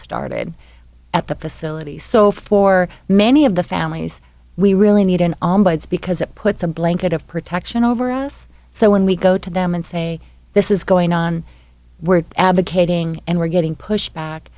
started at the facility so for many of the families we really need an because it puts a blanket of protection over us so when we go to them and say this is going on we're advocating and we're getting pushback